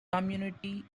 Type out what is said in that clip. community